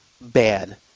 bad